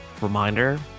reminder